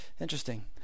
Interesting